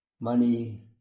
money